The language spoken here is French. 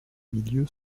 milieu